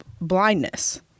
blindness